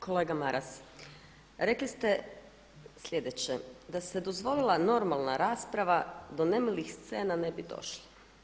Kolega Maras, rekli ste slijedeće da se dozvolila normalna rasprava do nemilih scena ne bi došlo.